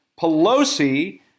Pelosi